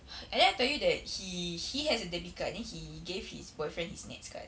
and did I tell you that he he has a debit card then he gave his boyfriend his nets card